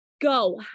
Go